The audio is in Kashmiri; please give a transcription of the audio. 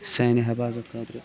سانہِ حفاظت خٲطرٕ